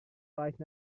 right